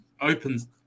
opens